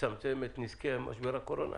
לצמצם את נזקי משבר הקורונה?